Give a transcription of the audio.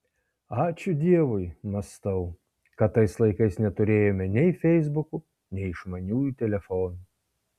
ačiū dievui mąstau kad tais laikais neturėjome nei feisbukų nei išmaniųjų telefonų